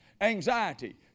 anxiety